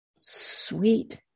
Sweet